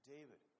David